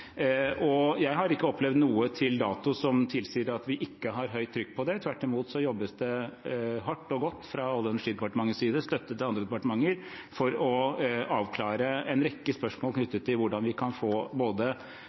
Jeg har ikke opplevd noe til dags dato som tilsier at vi ikke har høyt trykk på det. Tvert imot jobbes det hardt og godt fra Olje- og energidepartementets side, støttet av andre departementer, for å avklare en rekke spørsmål knyttet til hvordan vi kan få havvind opp både